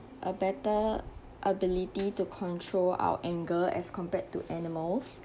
a better ability to control our anger as compared to animals